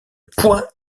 poing